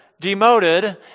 demoted